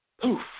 poof